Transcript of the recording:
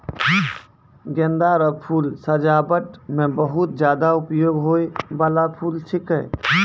गेंदा रो फूल सजाबट मे बहुत ज्यादा उपयोग होय बाला फूल छिकै